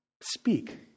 speak